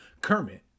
kermit